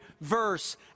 verse